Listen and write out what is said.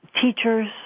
teachers